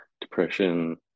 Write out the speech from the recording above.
depression